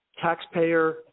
taxpayer